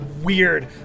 weird